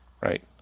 right